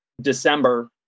December